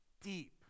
deep